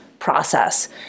Process